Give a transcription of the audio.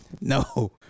No